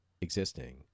existing